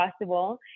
possible